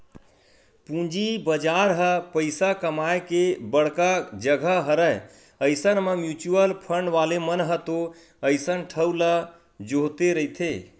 पूंजी बजार ह पइसा कमाए के बड़का जघा हरय अइसन म म्युचुअल फंड वाले मन ह तो अइसन ठउर ल जोहते रहिथे